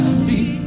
see